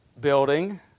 building